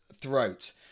throat